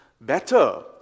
better